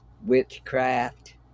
witchcraft